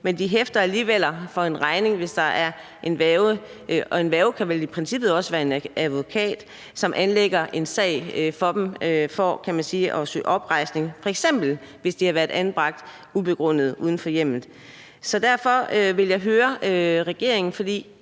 men de hæfter alligevel for en regning, hvis der er en værge, og en værge kan vel i princippet også være en advokat, som anlægger en sag for dem for at søge oprejsning, hvis de f.eks. har været anbragt ubegrundet uden for hjemmet. Så derfor vil jeg høre regeringen om